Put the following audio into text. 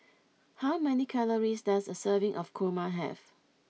how many calories does a serving of Kurma have